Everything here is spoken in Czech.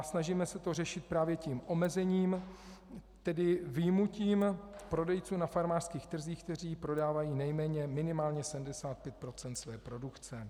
Snažíme se to řešit právě tím omezením, tedy vyjmutím prodejců na farmářských trzích, kteří prodávají nejméně, minimálně 75 % své produkce.